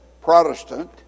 Protestant